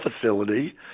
facility